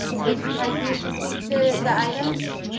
would you like me to speak to the items?